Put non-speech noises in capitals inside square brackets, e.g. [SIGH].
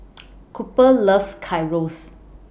[NOISE] Cooper loves Gyros